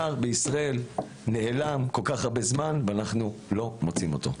נער בישראל נעלם כל כך הרבה זמן ואנחנו לא מוצאים אותו.